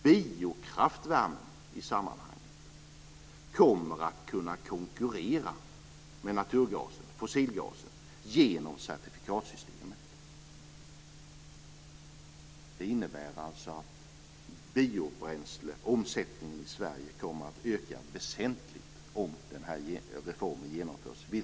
Biokraftvärmen kommer i sammanhanget att kunna konkurrera med naturgasen, fossilgasen, genom certifikatsystemet. Det innebär alltså att biobränsleomsättningen i Sverige kommer att öka väsentligt om den här reformen genomförs.